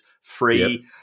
free